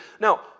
Now